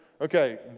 Okay